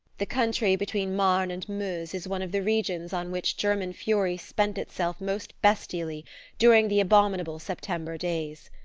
the country between marne and meuse is one of the regions on which german fury spent itself most bestially during the abominable september days.